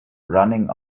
running